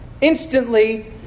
instantly